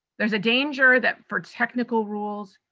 there's a danger that for technical rules,